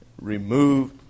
remove